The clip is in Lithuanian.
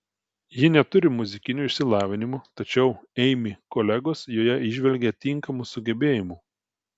ji neturi muzikinio išsilavinimo tačiau eimi kolegos joje įžvelgia tinkamų sugebėjimų